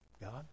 God